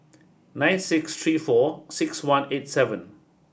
nine six three four six one eight seven